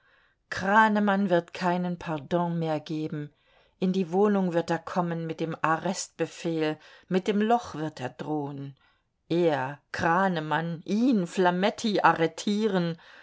kranemann wird keinen pardon mehr geben in die wohnung wird er kommen mit dem arrestbefehl mit dem loch wird er drohen er kranemann ihn flametti arretieren